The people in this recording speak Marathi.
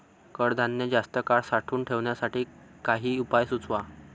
कडधान्य जास्त काळ साठवून ठेवण्यासाठी काही उपाय सुचवा?